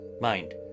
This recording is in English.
Mind